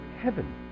heaven